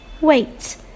wait